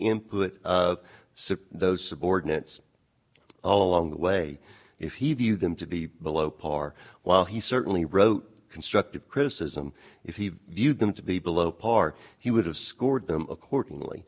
since those subordinates oh along the way if he viewed them to be below par while he certainly wrote constructive criticism if he viewed them to be below par he would have scored them accordingly